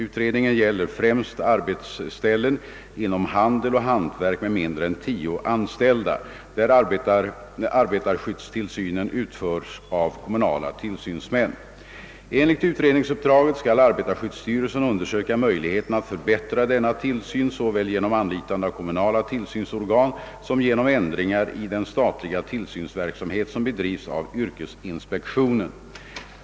Utredningen gäller främst arbetsstäl len inom handel och hantverk med mindre än tio anställda, där arbetarskyddstillsynen utförs av kommunala tillsynsmän. Enligt utredningsuppdraget skall arbetarskyddsstyrelsen undersöka möjligheterna att förbättra denna tillsyn såväl genom anlitande av kommunala tillsynsorgan som genom ändringar i den statliga tillsynsverksamhet som bedrivs av yrkesinspektionen.